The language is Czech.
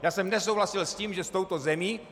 Já jsem nesouhlasil s tím, že s touto zemí...